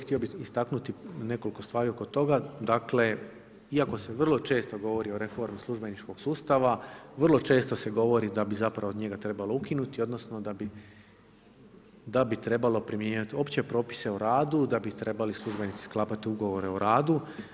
Htio bi istaknuti nekoliko stvari oko toga, dakle iako se vrlo često govori o reformi službeničkog sustava vrlo često se govori da bi zapravo njega trebalo ukinuti odnosno da bi trebali primjenjivati opće propise o radu, da bi trebali službenici sklapat ugovore o radu.